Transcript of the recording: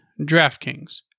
DraftKings